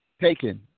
taken